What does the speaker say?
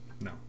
no